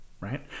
right